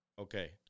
Okay